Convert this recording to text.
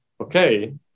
Okay